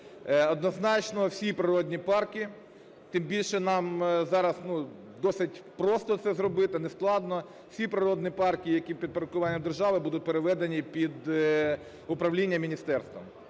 Однозначно, всі природні парки, тим більше нам зараз, ну, досить просто це зробити, нескладно, всі природні парки, які у підпорядкуванні держави, будуть переведені під управління міністерством,